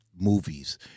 movies